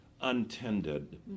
untended